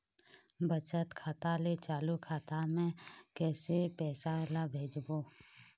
बचत खाता ले चालू खाता मे कैसे पैसा ला भेजबो?